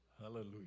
Hallelujah